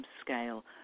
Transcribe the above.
scale